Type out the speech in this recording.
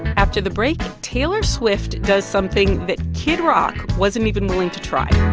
after the break, taylor swift does something that kid rock wasn't even willing to try